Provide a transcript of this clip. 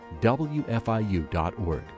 WFIU.org